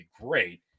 great